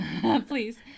Please